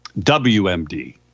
WMD